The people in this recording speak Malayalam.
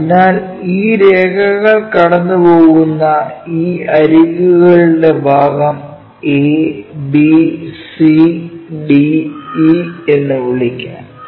അതിനാൽ ഈ രേഖകൾ കടന്നുപോകുന്ന ഈ അരികുകകളുടെ ഭാഗം A B C D E എന്ന് വിളിക്കാം